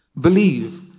believe